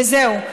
וזהו.